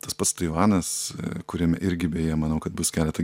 tas pats taivanas kuriame irgi beje manau kad bus keletą